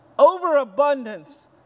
overabundance